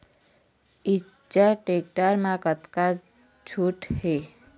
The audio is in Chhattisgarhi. इच्चर टेक्टर म कतका छूट हे?